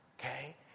Okay